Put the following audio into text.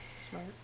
Smart